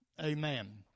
Amen